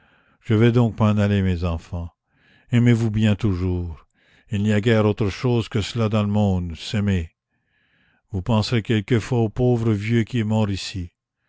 je vais donc m'en aller mes enfants aimez-vous bien toujours il n'y a guère autre chose que cela dans le monde s'aimer vous penserez quelquefois au pauvre vieux qui